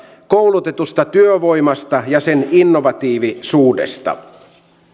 koulutetusta työvoimasta ja sen innovatiivisuudesta